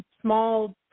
small